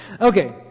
Okay